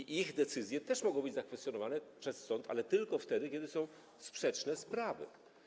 I ich decyzje też mogą być zakwestionowane przez sąd, ale tylko wtedy, kiedy są sprzeczne z prawem.